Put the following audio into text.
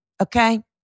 Okay